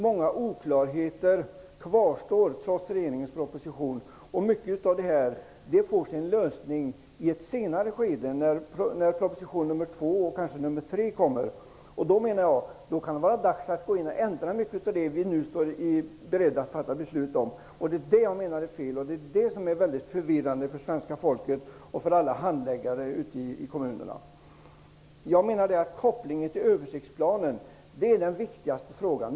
Många oklarheter kvarstår, trots regeringens proposition, men mycket får sin lösning i ett senare skede när proposition nr 2 och kanske nr 3 kommer. Då kan det bli dags att ändra mycket av det som vi nu står i begrepp att fatta beslut om, och det menar jag är fel. Det är förvirrande för svenska folket och alla handläggare ute i kommunerna. Jag menar att kopplingen till översiktsplanen är den viktigaste frågan.